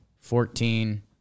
fourteen